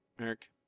eric